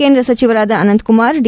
ಕೇಂದ್ರ ಸಚಿವರಾದ ಅನಂತ್ಕುಮಾರ್ ಡಿ